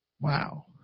Wow